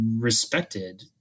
respected